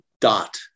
dot